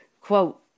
quote